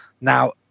Now